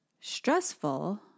stressful